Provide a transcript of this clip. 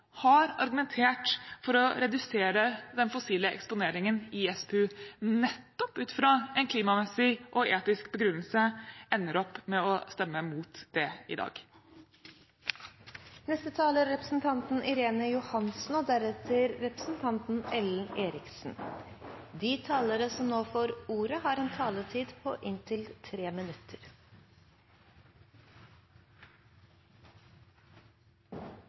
har argumentert for å redusere den fossile eksponeringen i SPU nettopp ut fra en klimamessig og etisk begrunnelse, ender opp med å stemme imot dette i dag. De talere som heretter får ordet, har en taletid på inntil 3 minutter.